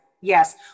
yes